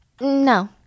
No